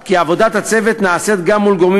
כי עבודת הצוות נעשית גם מול גורמים